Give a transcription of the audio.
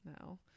No